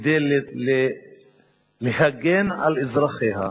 גם לסביבה,